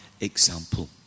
example